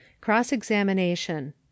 Cross-examination